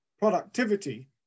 productivity